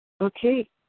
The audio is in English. Okay